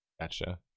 Gotcha